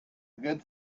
good